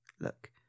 look